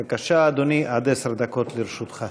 בבקשה, אדוני, עד עשר דקות לרשותך.